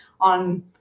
on